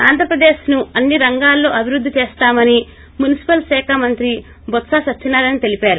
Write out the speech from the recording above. ఆంధ్రప్రదేశ్ను అన్ని రంగాల్లో అభివృద్ది చేస్తామని మున్సిపల్ శాఖ మంత్రి టొత్ప సత్యనారాయణ తెల్పారు